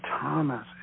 Thomas